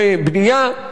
בתחומי סיעוד.